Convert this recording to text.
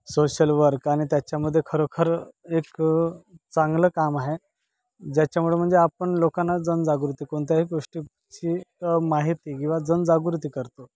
social work आणि त्याच्यामध्ये खरोखर एक चांगलं काम आहे ज्याच्यामुळं म्हण जे आपण लोकांना जनजागृती कोणत्याही गोष्टीची माहिती किंवा जनजागृती करतो